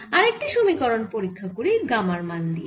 আরেকটি সমীকরণ পরীক্ষা করি গামার মান দিয়ে